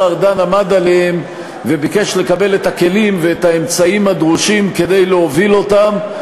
ארדן עמד עליהם וביקש לקבל את הכלים ואת האמצעים הדרושים כדי להוביל אותם.